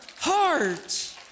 heart